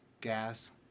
Gas